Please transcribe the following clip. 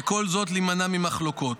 ובכל זאת להימנע ממחלוקות.